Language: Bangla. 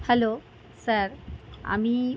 হ্যালো স্যার আমি